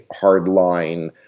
hardline